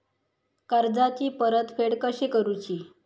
कर्जाची परतफेड कशी करूची?